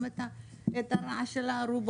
גם את הרעש של הארובות,